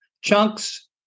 chunks